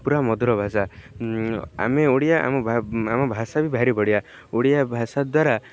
ପୁରା ମଧୁର ଭାଷା ଆମେ ଓଡ଼ିଆ ଆମ ଆମ ଭାଷା ବି ଭାରି ବଢ଼ିଆ ଓଡ଼ିଆ ଭାଷା ଦ୍ୱାରା